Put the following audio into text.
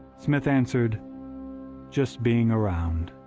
smith answered just being around.